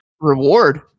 Reward